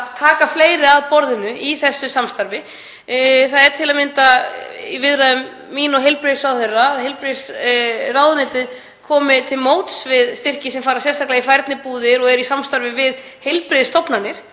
taka fleiri að borðinu í þessu samstarfi. Það er til að mynda til umræðu að heilbrigðisráðuneytið komi til móts við styrki sem fara sérstaklega í færnibúðir og eru í samstarfi við heilbrigðisstofnanir,